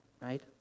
right